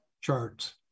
charts